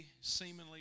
seemingly